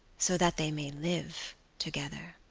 so that they may live together.